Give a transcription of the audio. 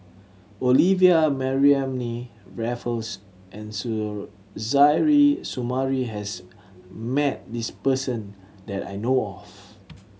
Olivia Mariamne Raffles and Suzairhe Sumari has met this person that I know of